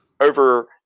over